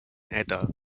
edda